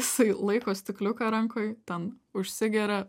jisai laiko stikliuką rankoj ten užsigeria